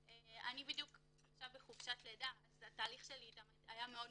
אני בדיוק עכשיו בחופשת לידה אז התהליך שלי איתם היה מאוד